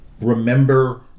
remember